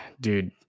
dude